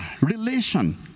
relation